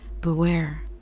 beware